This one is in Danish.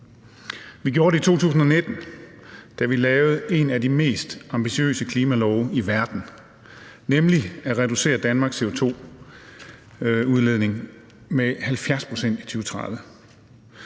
Vi gjorde det i 2019, da vi lavede en af de mest ambitiøse klimalove i verden, nemlig at reducere Danmarks CO2-udledning med 70 pct. i 2030.